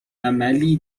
عملی